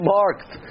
marked